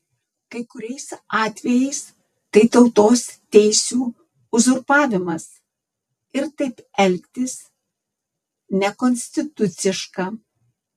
kai kuriais atvejais tai tautos teisių uzurpavimas ir taip elgtis nekonstituciška